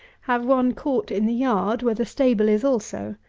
have one caught in the yard, where the stable is also.